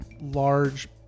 large